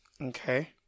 Okay